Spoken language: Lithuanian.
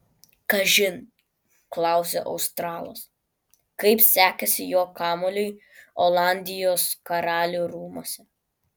kažin klausia australas kaip sekėsi jo kamuoliui olandijos karalių rūmuose